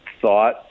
thought